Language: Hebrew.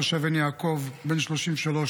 תושב עין יעקב בן 33,